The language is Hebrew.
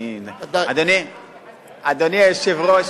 אדוני היושב-ראש,